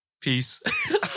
Peace